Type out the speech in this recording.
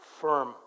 firm